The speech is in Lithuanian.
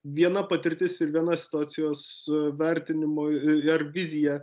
viena patirtis ir viena situacijos vertinimui ar vizija